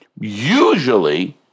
Usually